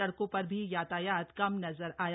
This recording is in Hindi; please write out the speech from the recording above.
सड़कों पर भी यातायात कम नजर आया